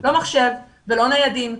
לא מחשב ולא ניידים.